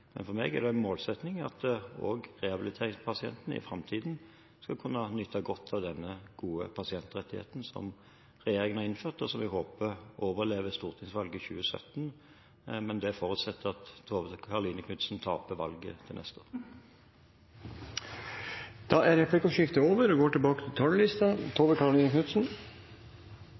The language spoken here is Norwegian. Men for meg er det en målsetting at også rehabiliteringspasientene i framtiden skal kunne nyte godt av denne gode pasientrettigheten som regjeringen har innført, og som vi håper overlever stortingsvalget 2017, men det forutsetter at Tove Karoline Knutsen taper valget til neste år. Replikkordskiftet er over.